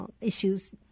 issues